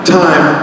time